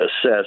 assess